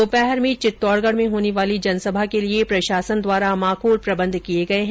दोपहर में चित्तौडगढ़ में होने वाली जनसभा के लिए प्रशासन द्वारा माकूल प्रबन्ध किए गए है